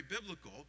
biblical